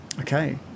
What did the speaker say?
Okay